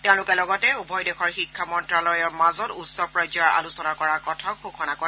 তেওঁলোকে লগতে উভয় দেশৰ শিক্ষা মন্ত্ৰালয়ৰ মাজত উচ্চ পৰ্যায়ৰ আলোচনা কৰাৰ কথাও ঘোষণা কৰে